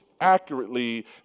accurately